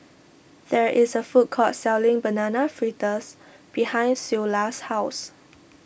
there is a food court selling Banana Fritters behind Ceola's house